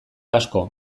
asko